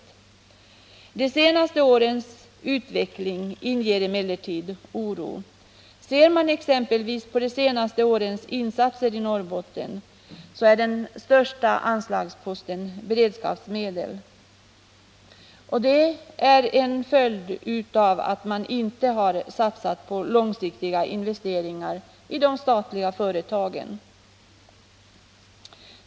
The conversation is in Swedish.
De senaste årens utveckling inger emellertid oro. Ser man exempelvis på de senaste årens insatser i Norrbotten, finner man att den största anslagsposten är beredskapsmedel. Det är en följd av att det inte har satsats på långsiktiga investeringar i de statliga företagen.